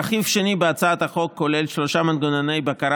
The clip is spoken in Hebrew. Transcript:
רכיב שני בהצעת החוק כולל שלושה מנגנוני בקרה